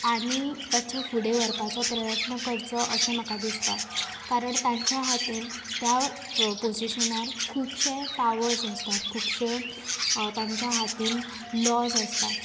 आनी ताचे फुडें व्हरपाचो प्रयत्न करचो अशें म्हाका दिसता कारण तांच्या हातीन त्या पोझिशनार खुबशें पावर्स आसता खुबशें तांच्या हातीन लॉज आसता